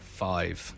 five